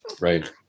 Right